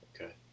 Okay